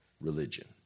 religion